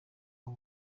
uwo